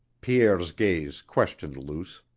pierre's gaze questioned luce.